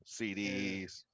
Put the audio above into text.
CDs